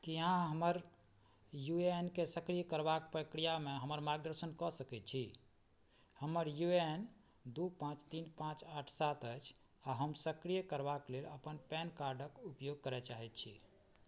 की अहाँ हमर U A N के सक्रिय करबाक प्रक्रियामे हमर मार्गदर्शन कए सकय छी हमर यू ए एन दू पाँच तीन पाँच आठ सात अछि आओर हम सक्रिय करबाक लेल अपन पेन कार्डक उपयोग करय चाहैत छी